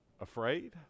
afraid